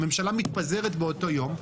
הממשלה מתפזרת באותו יום,